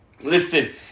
listen